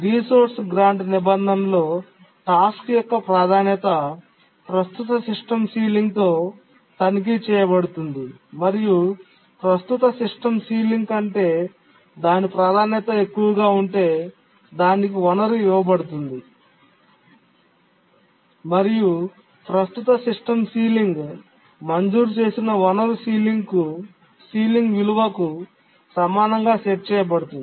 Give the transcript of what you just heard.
resource grant నిబంధనలో task యొక్క ప్రాధాన్యత ప్రస్తుత సిస్టమ్ సీలింగ్తో తనిఖీ చేయబడుతుంది మరియు ప్రస్తుత సిస్టమ్ సీలింగ్ కంటే దాని ప్రాధాన్యత ఎక్కువగా ఉంటే దానికి వనరు ఇవ్వబడుతుంది మరియు ప్రస్తుత సిస్టమ్ సీలింగ్ మంజూరు చేసిన వనరు సీలింగ్ విలువకు సమానంగా సెట్ చేయబడింది